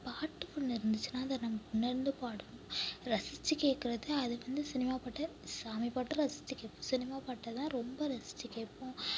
பாட்டு ஒன்னுருந்துச்சுனா அதை நம்ம உணர்ந்து பாடணும் ரசிச்சு கேக்கிறது அது வந்து சினிமா பாட்டை சாமி பாட்டும் ரசிச்சு கேட்போம் சினிமா பாட்டை தான் ரொம்ப ரசிச்சு கேட்போம்